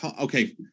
okay